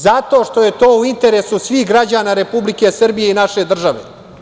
Zato što je to u interesu svih građana Republike Srbije i naše države.